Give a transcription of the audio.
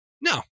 no